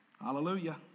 Hallelujah